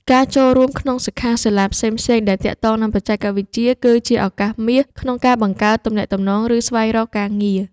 ការចូលរួមក្នុងសិក្ខាសាលាផ្សេងៗដែលទាក់ទងនឹងបច្ចេកវិទ្យាគឺជាឱកាសមាសក្នុងការបង្កើតទំនាក់ទំនង ឬ ស្វែងរកការងារ។